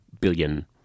billion